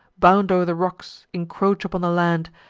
bound o'er the rocks, incroach upon the land,